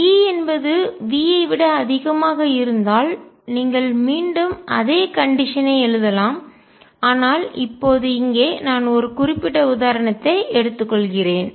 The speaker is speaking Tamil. E என்பது V ஐ விட அதிகமாக இருந்தால் நீங்கள் மீண்டும் அதே கண்டிஷன் ஐ நிலையை எழுதலாம் ஆனால் இப்போது இங்கே நான் ஒரு குறிப்பிட்ட உதாரணத்தை எடுத்துக்கொள்கிறேன்